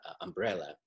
umbrella